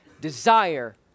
desire